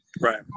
right